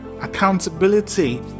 Accountability